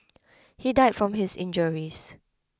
he died from his injuries